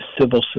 civil